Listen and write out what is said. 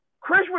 Chris